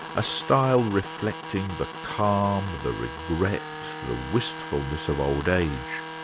a style reflecting the calm, the regret, the wistfulness of old age.